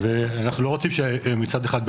ואנחנו לא רוצים שמצד אחד,